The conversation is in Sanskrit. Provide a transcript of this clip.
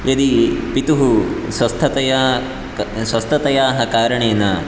यदि पितुः स्वस्थतया क् स्वस्थतायाः कारणेन